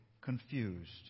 confused